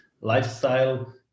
lifestyle